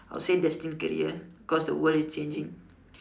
I would say destined career because the world is changing